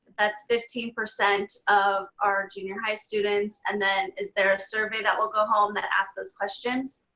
that's fifteen percent of our junior high students. and then is there a survey that will go home that asks those questions?